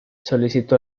solicitó